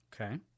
Okay